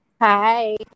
Hi